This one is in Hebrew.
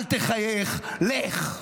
אל תחייך, לך.